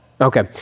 okay